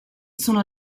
sono